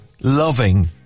loving